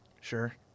Sure